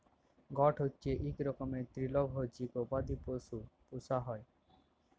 goat হচ্যে ইক রকমের তৃলভজী গবাদি পশু পূষা হ্যয়